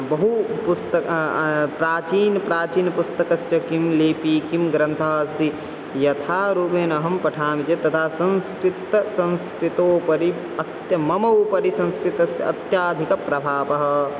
बहूनि पुस्तकानि प्राचीनं प्राचीनं पुस्तकस्य किं लिपिः किं ग्रन्थः अस्ति यथा रूपेण अहं पठामि चेत् तदा संस्कृतं संस्कृतोपरि अत्य मम उपरि संस्कृतस्य अत्यधिकः प्रभावः